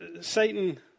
Satan